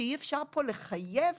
שאי-אפשר פה לחייב,